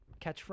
catchphrase